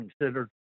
considered